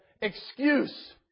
excuse